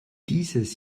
dieses